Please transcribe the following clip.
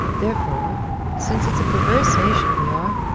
therefore since it's a perverse nation we are.